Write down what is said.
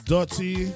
Dirty